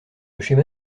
schéma